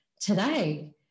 today